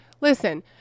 Listen